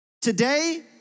Today